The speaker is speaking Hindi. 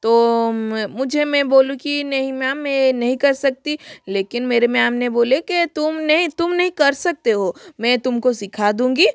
तो मुझे मैं बोली कि नहीं मैम मैं ये नहीं कर सकती लेकिन मेरे मैम ने बोले कि तुम नहीं तुम नहीं कर सकते हो मे तुम को सिखा दूँगी